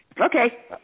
Okay